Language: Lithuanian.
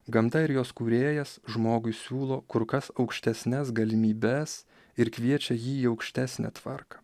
gamta ir jos kūrėjas žmogui siūlo kur kas aukštesnes galimybes ir kviečia jį į aukštesnę tvarką